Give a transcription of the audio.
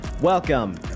Welcome